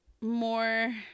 more